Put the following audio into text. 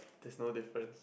there's no difference